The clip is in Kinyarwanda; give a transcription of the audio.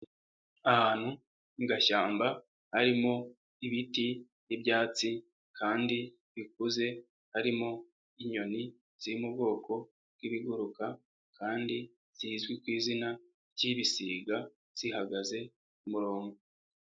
Ahantu mu gashyamba harimo ibiti n'ibyatsi kandi bikuze harimo inyoni ziri mu bwoko bwibiguruka kandi zizwi ku izina ry'ibisiga zihagaze ku murongo.